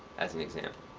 as an example.